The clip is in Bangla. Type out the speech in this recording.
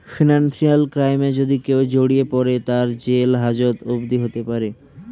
ফিনান্সিয়াল ক্রাইমে যদি কেও জড়িয়ে পরে, তার জেল হাজত অবদি হতে পারে